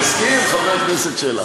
אני מסכים, חבר הכנסת שלח.